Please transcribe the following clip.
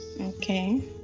Okay